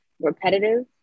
repetitive